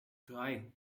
drei